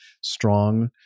strong